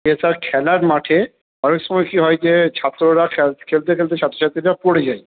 এটা খেলার মাঠে অনেক সময় কি হয় যে ছাত্ররা খেলতে খেলতে ছাত্রছাত্রীরা পরে যায়